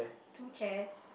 two chairs